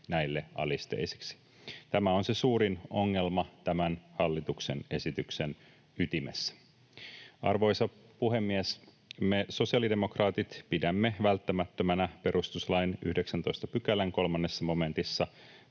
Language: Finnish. näille alisteisiksi. Tämä on se suurin ongelma tämän hallituksen esityksen ytimessä. Arvoisa puhemies! Me sosiaalidemokraatit pidämme välttämättömänä perustuslain 19 §:n 3 momentissa